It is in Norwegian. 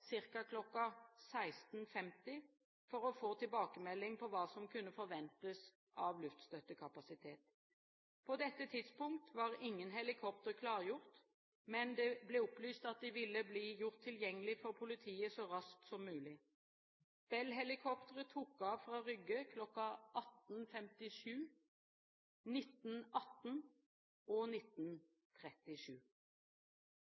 for å få tilbakemelding på hva som kunne forventes av luftstøttekapasitet. På dette tidspunkt var ingen helikoptre klargjort, men det ble opplyst at de ville bli gjort tilgjengelige for politiet så raskt som mulig. Bell-helikoptre tok av fra Rygge kl. 18.57, 19.18 og 19.37. Etter terroren 22. juli har Justisdepartementet og